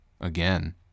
again